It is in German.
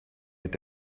mit